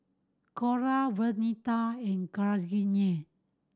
Cora Vernita and